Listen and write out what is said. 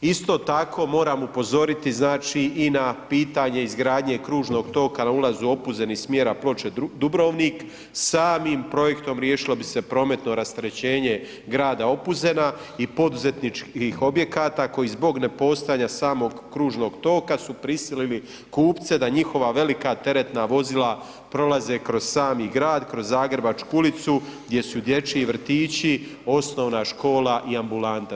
Isto tako, moram upozoriti znači i na pitanje izgradnje kružnog toka na ulazu u Opuzen iz smjera Ploče-Dubrovnik, samim projektom riješilo bi se prometno rasterećenje grada Opuzena i poduzetničkih objekata koji zbog nepostojanja samog kružnog toka su prisilili kupce da njihova velika teretna vozila prolaze kroz sami grad, kroz Zagrebačku ulicu gdje su dječji vrtići, osnovna škola i ambulanta.